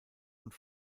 und